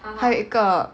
还有一个